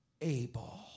able